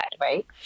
Right